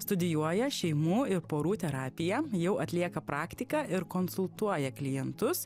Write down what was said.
studijuoja šeimų ir porų terapiją jau atlieka praktiką ir konsultuoja klientus